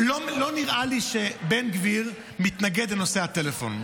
לא נראה לי שבן גביר מתנגד לנושא הטלפון.